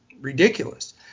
ridiculous